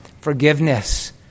Forgiveness